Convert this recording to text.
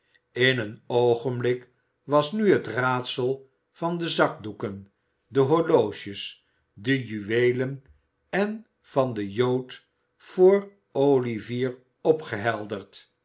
in een oogenblik was nu het raadsel van de zakdoeken de horloges de juweelen en van den jood voor